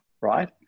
right